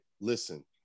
listen